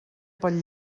pel